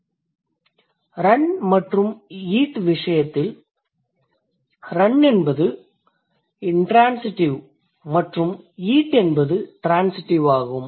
run மற்றும் eat விசயத்தில் run என்பது இண்ட்ரான்சிடிவ் மற்றும் ஈட் என்பது ட்ரான்சிடிவ் ஆகும்